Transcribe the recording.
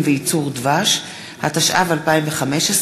אלי אלאלוף,